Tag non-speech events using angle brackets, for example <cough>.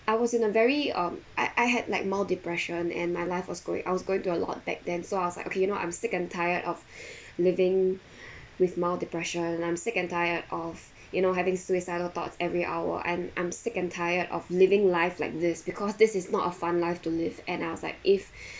I was in a very um I I had like mild depression and my life was going I was going to a lot back then so I was like okay you know I'm sick and tired of <breath> living <breath> with mild depression and I'm sick and tired of you know having suicidal thoughts every hour and I'm sick and tired of living life like this because this is not a fun life to live and I was like if